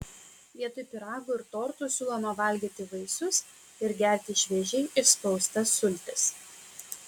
vietoj pyragų ir tortų siūloma valgyti vaisius ir gerti šviežiai išspaustas sultis